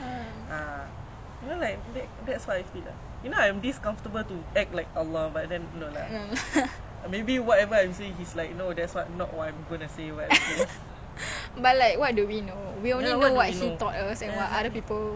but !wow! I'm betul-betul cannot believe that you like dah plan I'm like !wow! cause like bila cakap online like you're eighteen I'm like cool she's still a student too I'm like she's still around that eighteen age !wow!